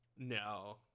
No